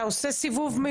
אתה עושה סיבוב מיותר.